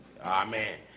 Amen